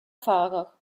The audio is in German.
fahrer